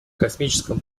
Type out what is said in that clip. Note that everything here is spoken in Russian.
космическом